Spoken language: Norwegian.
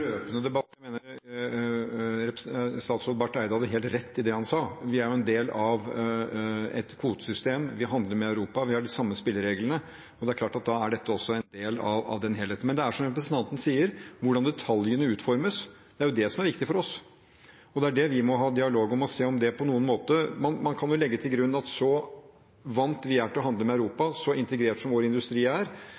Statsråd Barth Eide hadde helt rett i det han sa. Vi er en del av et kvotesystem, vi handler med Europa, vi har de samme spillereglene, og det er klart at da er dette også en del av den helheten. Men det er, som representanten sier: Hvordan detaljene utformes, er jo det som er viktig for oss. Det er det vi må ha dialog om for å se på. Man kan legge til grunn at så vant vi er til å handle med Europa,